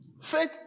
Faith